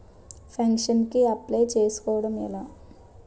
Pension కి apply చేసుకోవడం ఎలా?